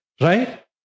Right